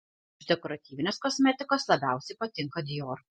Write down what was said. iš dekoratyvinės kosmetikos labiausiai patinka dior